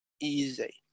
easy